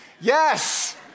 Yes